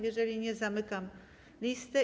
Jeżeli nie, zamykam listę.